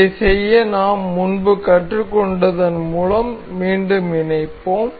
இதைச் செய்ய நாம் முன்பு கற்றுக்கொண்டதன் மூலம் மீண்டும் இணைப்போம்